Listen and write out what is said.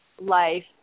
life